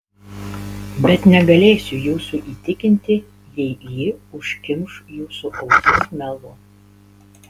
bet negalėsiu jūsų įtikinti jei ji užkimš jūsų ausis melu